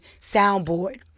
soundboard